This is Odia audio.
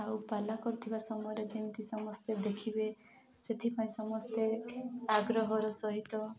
ଆଉ ପାଲା କରୁଥିବା ସମୟରେ ଯେମିତି ସମସ୍ତେ ଦେଖିବେ ସେଥିପାଇଁ ସମସ୍ତେ ଆଗ୍ରହର ସହିତ